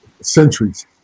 centuries